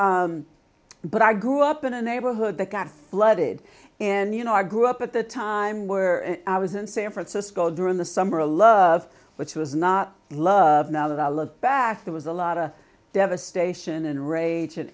so but i grew up in a neighborhood that got flooded and you know i grew up at the time where i was in san francisco during the summer a love of which was not love now that i love back there was a lot of devastation and rage an